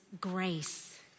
grace